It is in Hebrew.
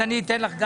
אני אתן לך.